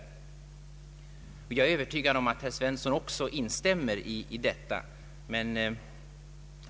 Jag är övertygad om att även herr Svensson instämmer i detta.